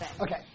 Okay